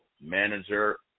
Manager